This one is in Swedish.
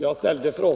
s styrelse.